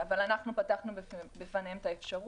אבל אנחנו פתחנו בפניהם את האפשרות.